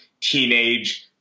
teenage-